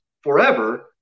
forever